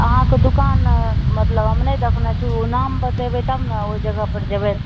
अहाँकेॅं दुकान मतलब हम नहि देखने छी ओ नाम बतेबै तब ने ओहि जगह पर जेबै